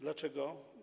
Dlaczego?